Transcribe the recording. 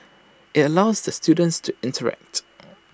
IT allows the students to interact